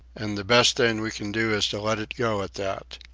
and the best thing we can do is to let it go at that.